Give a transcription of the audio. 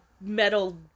metal